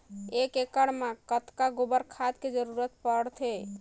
एक एकड़ मे कतका गोबर खाद के जरूरत पड़थे?